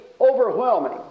overwhelming